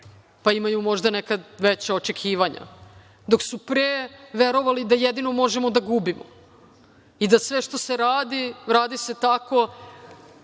pa imaju nekad veća očekivanja, dok su pre verovali da jedino možemo da gubimo i da sve što se radi, radi se tako